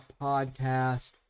podcast